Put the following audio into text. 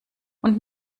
und